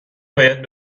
باید